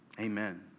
amen